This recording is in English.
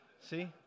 See